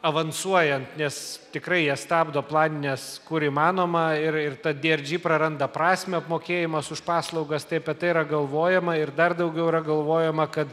avansuojant nes tikrai jie stabdo planines kur įmanoma ir ir ta drg praranda prasmę apmokėjimas už paslaugas tai apie tai yra galvojama ir dar daugiau yra galvojama kad